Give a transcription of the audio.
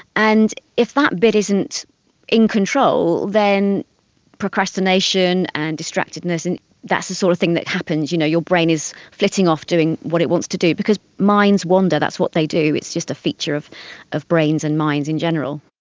and if that bit isn't in control then procrastination and distractedness, and that's the sort of thing that happens, you know your brain is flitting off doing what it wants to do because minds wander that's what they do, it's just a feature of of brains and minds in general.